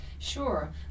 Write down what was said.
Sure